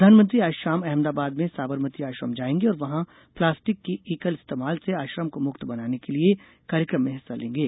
प्रधानमंत्री आज शाम अहमदाबाद में साबरमती आश्रम जाएंगे और वहां प्लास्टिक के एकल इस्तेमाल से आश्रम को मुक्त बनाने के लिए प्लॉगिंग कार्यक्रम में हिस्सा लेंगे